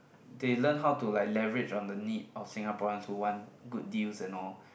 they learned how to like leverage on the need of Singaporeans who want good deals and all